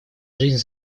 жизнь